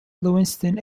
lewiston